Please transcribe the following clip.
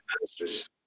masters